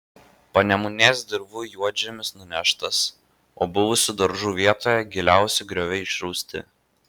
panemunės dirvų juodžemis nuneštas o buvusių daržų vietoje giliausi grioviai išrausti